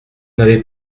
n’avez